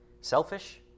selfish